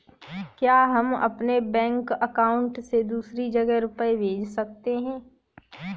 क्या हम अपने बैंक अकाउंट से दूसरी जगह रुपये भेज सकते हैं?